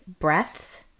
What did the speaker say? breaths